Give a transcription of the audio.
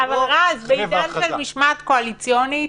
אבל רז, בידן של משמעת קואליציונית